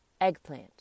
eggplant